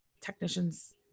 Technicians